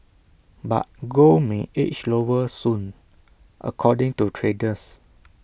but gold may edge lower soon according to traders